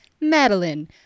Madeline